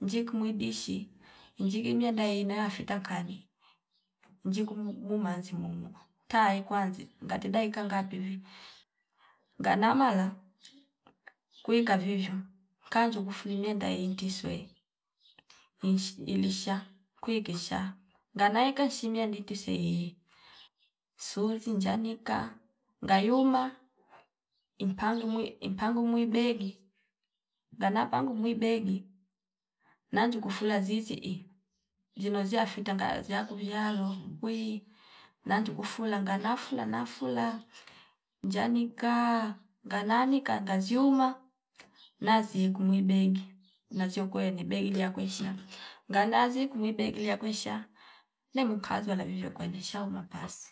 njiku mwidishi injiki myanda ina fita nkhani njiku muum mnazi mumu taye kwazni ngati daika ngape vi ngana mala kwiika vivyo kanzu kufuli mienda intiswe winchi ilisha kwiisha ngana eka chimiya nditi seyi suuzi njanika ngayuma impangemwi impang mwiideke ngana pangu mwideke nanju kufula zizii iyi zino ziyafita ngaya ziyaku viyalo pwii nanju kufula ngana fula na fula njanikaa ngananika ngazyuma nazi kumwi bengi nazio kwele biilia kweinsha ngana ziku mwibeili lia nkiwsha ne mwikaza navivyo kwensha umapasi